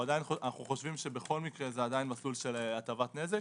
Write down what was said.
אנו חושבים שבכל מקרה זה מסלול של הטבת נזק.